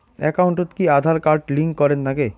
একাউন্টত কি Aadhaar card link করের নাগে?